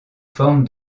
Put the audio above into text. forme